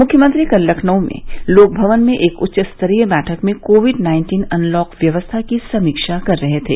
मुख्यमंत्री कल लखनऊ लोकभवन में एक उच्चस्तरीय बैठक में कोविड नाइन्टीन अनलॉक व्यवस्था की समीक्षा कर रहे थे